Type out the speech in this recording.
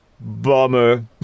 Bummer